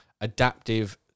adaptive